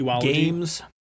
games